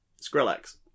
Skrillex